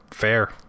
fair